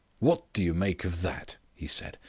what do you make of that? he said,